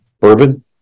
bourbon